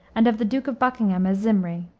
and of the duke of buckingham as zimri.